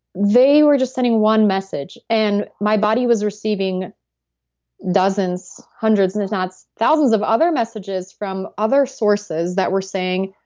they were just sending one message. and my body was receiving dozens, hundreds, and if not thousands of other messages from other sources that were saying,